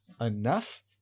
enough